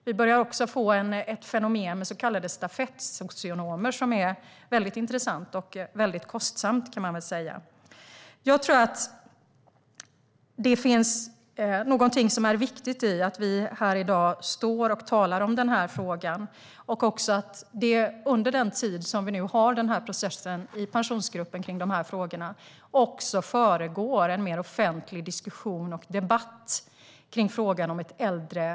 Vi börjar också få ett fenomen med så kallade stafettsocionomer som är väldigt intressant och väldigt kostsamt, kan man väl säga. Jag tror att det finns någonting viktigt i att vi står här i dag och talar om den här frågan. Det är också viktigt att det under den tid som vi nu har processen i Pensionsgruppen runt dessa frågor försiggår en mer offentlig diskussion och debatt kring frågan om ett längre arbetsliv.